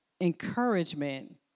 encouragement